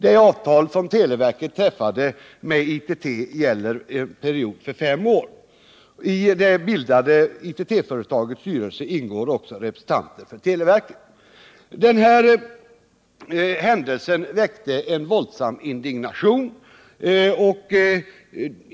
Det avtal som televerket träffade med ITT gäller för en period av fem år. I det bildade ITT-företagets styrelse ingår representanter för televerket. Denna händelse väckte en våldsam indignation.